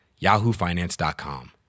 yahoofinance.com